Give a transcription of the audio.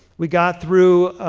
we got through